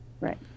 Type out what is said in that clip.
right